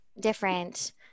different